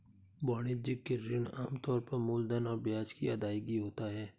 वाणिज्यिक ऋण आम तौर पर मूलधन और ब्याज की अदायगी होता है